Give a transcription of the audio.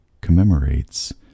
commemorates